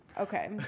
Okay